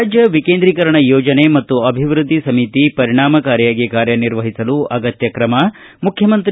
ರಾಜ್ಯ ವಿಕೇಂದ್ರೀಕರಣ ಯೋಜನೆ ಮತ್ತು ಅಭಿವೃದ್ದಿ ಸಮಿತಿ ಪರಿಣಾಮಕಾರಿಯಾಗಿ ಕಾರ್ಯನಿರ್ವಹಿಸಲು ಅಗತ್ಯ ತ್ರಮ ಮುಖ್ಯಮಂತ್ರಿ